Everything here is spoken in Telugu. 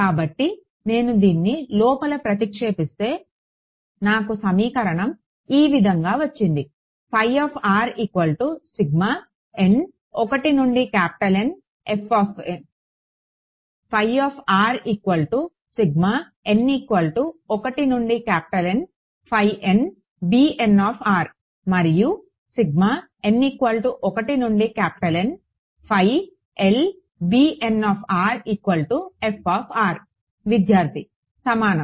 కాబట్టి నేను దీన్ని లోపల ప్రతిక్షేపిస్తే నాకు సమీకరణం ఈ విధంగా వచ్చింది మరియు విద్యార్థి సమానం